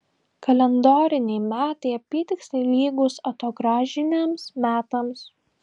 kalendoriniai metai apytiksliai lygūs atogrąžiniams metams